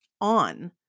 on